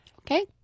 Okay